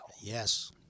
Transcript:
Yes